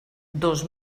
dos